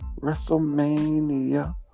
Wrestlemania